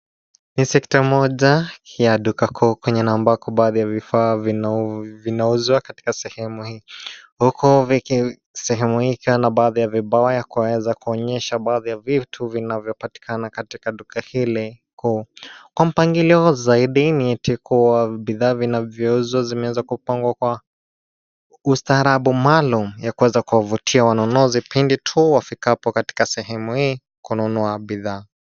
Ni sekta moja ya duka kuu kwenye na ambako baadhi ya vifaa vinauzwa katika sehemu hii huku sehemu hii ikiwa na baadhi ya vibao kuweza kuonyesha baadhi ya vitu vinavyopatikana katika duka hili kuu. Kwa mpangilio zaidi ni eti kuwa bidhaa vinavyouzwa zimeweza kupangwa kwa ustarabu maalum ya kuweza kuwavutia wananuzi pindi tu wafikapo katika sehemu hii kununua bidhaa.